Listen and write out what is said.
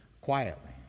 quietly